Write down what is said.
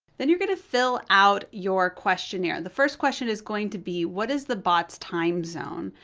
then you're gonna fill out your questionnaire. the first question is going to be what is the bot's time zone?